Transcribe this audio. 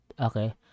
okay